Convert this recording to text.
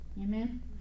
amen